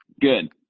Good